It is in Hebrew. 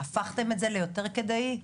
הפכתם את זה ליותר כדאי?